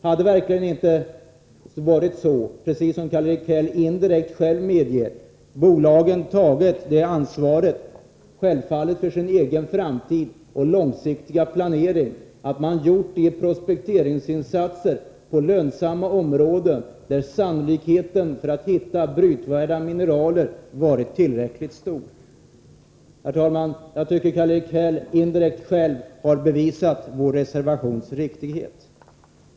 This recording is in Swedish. Hade verkligen, precis som Karl-Erik Häll själv indirekt medger, bolagen inte tagit sitt ansvar med hänsyn till sin egen framtid och den långsiktiga planeringen samt gjort de prospekteringsinsatser på lönsamma områden där sannolikheten för att hitta brytvärda mineraler varit tillräckligt stor? Herr talman! Jag tycker att Karl-Erik Häll indirekt har bevisat vår reservations riktighet.